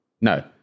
No